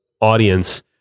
audience